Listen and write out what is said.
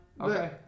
Okay